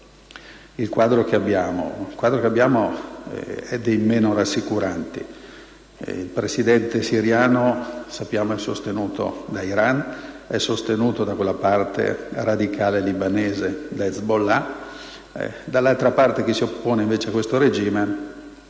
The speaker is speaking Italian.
Il quadro che abbiamo è dei meno rassicuranti. Il Presidente siriano, lo sappiamo, è sostenuto dall'Iran, dalla parte radicale libanese, da Hezbollah. Dall'altra parte, chi si oppone a questo regime